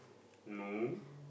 no